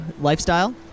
lifestyle